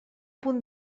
punt